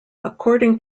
according